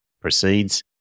proceeds